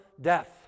death